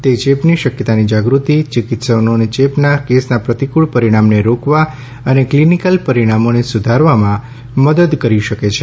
તે ચેપની શક્યતાની જાગૃતિ ચિકિત્સકોને ચેપના કેસના પ્રતિકૂળ પરિણામને રોકવા અને ક્લિનિકલ પરિણામોને સુધારવામાં મદદ કરી શકે છે